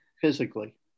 Physically